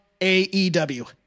AEW